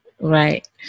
Right